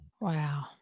Wow